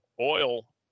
oil